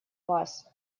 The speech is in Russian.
вас